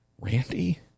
Randy